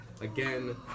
Again